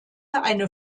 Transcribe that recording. eine